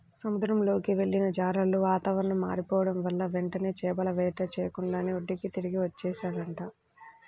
సముద్రంలోకి వెళ్ళిన జాలర్లు వాతావరణం మారిపోడం వల్ల వెంటనే చేపల వేట చెయ్యకుండానే ఒడ్డుకి తిరిగి వచ్చేశారంట